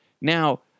now